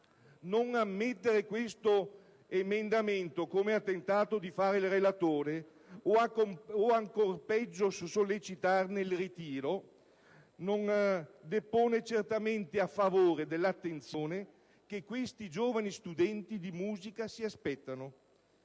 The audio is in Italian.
non ammettere questo emendamento, come ha suggerito il relatore, o ancor peggio sollecitarne il ritiro, non depone certamente a favore dell'attenzione che questi giovani studenti di musica si aspettano.